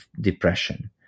depression